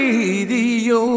Radio